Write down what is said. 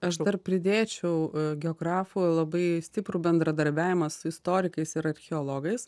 aš dar pridėčiau geografų labai stiprų bendradarbiavimą su istorikais ir archeologais